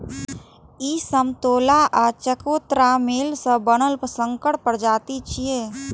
ई समतोला आ चकोतराक मेल सं बनल संकर प्रजाति छियै